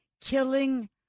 Killing